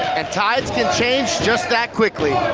and tides can change just that quickly.